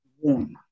warm